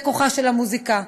זה כוחה של המוזיקה.